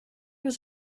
was